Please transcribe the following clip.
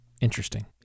Interesting